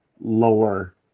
lower